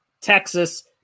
Texas